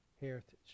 heritage